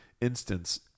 instance